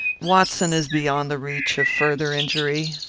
watson is beyond the reach of further injury.